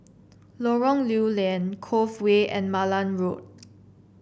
Lorong Lew Lian Cove Way and Malan Road